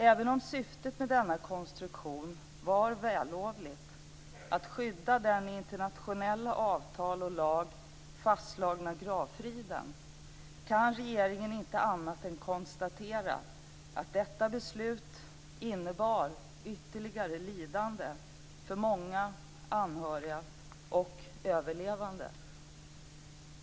Även om syftet med denna konstruktion var vällovligt, att skydda den i internationella avtal och lag fastslagna gravfriden, kan regeringen inte annat än konstatera att detta beslut innebar ytterligare lidande för många anhöriga och överlevande.